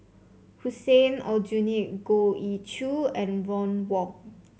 Hussein Aljunied Goh Ee Choo and Ron Wong